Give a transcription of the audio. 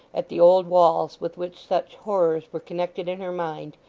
at the old walls with which such horrors were connected in her mind,